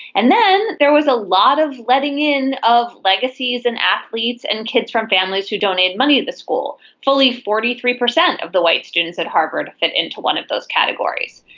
and then there was a lot of letting in of legacies and athletes and kids from families who donate money at the school fully forty three percent of the white students at harvard fit into one of those categories.